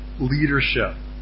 leadership